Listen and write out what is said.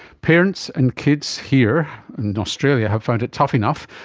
parents and kids here in australia have found it tough enough,